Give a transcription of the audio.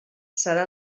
serà